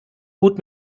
gut